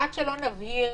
עד שלא נבהיר